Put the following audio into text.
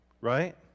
Right